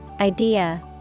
idea